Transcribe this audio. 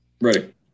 Ready